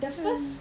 hmm